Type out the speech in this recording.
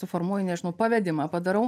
suformuoju nežinau pavedimą padarau